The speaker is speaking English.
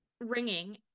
ringing